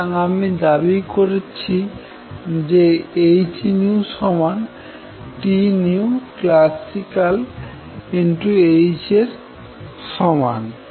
সুতরাং আমি দাবী করছি যে h classicalhএর সমান